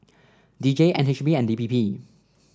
D J N H B and D P P